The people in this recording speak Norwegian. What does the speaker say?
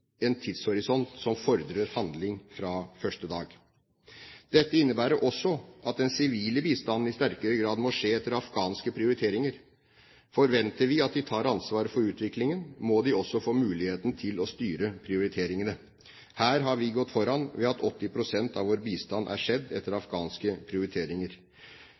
en tidshorisont som fordrer handling fra første dag. Dette innebærer også at den sivile bistanden i sterkere grad må skje etter afghanske prioriteringer. Forventer vi at de tar ansvaret for utviklingen, må de også få muligheten til å styre prioriteringene. Her har vi gått foran ved at 80 pst. av vår bistand er skjedd etter afghanske prioriteringer.